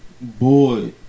boy